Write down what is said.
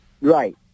Right